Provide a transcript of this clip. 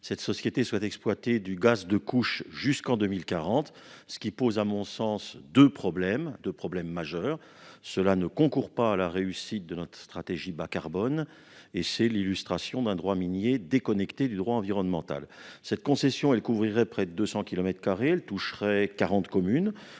Cette société souhaite exploiter du gaz de couche jusqu'en 2040, ce qui pose à mon sens deux problèmes majeurs : cela ne concourt pas à la réussite de notre stratégie bas-carbone et c'est l'illustration d'un droit minier déconnecté du droit environnemental. Cette concession couvrirait près de 200 kilomètres carrés et toucherait quarante communes.